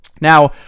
Now